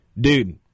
Dude